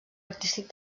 artístic